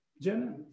Jenna